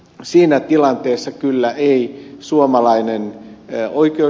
siinä tilanteessa ei suomalainen ja oikeu